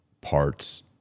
parts